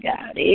God